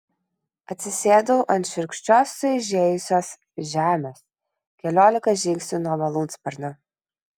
atsisėdau ant šiurkščios sueižėjusios žemės keliolika žingsnių nuo malūnsparnio